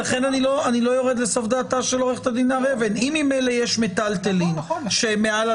בצורך שלנו להחריג משפחות באמת דלות מיטלטלין ואמצעי קיום מתוך